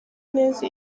neza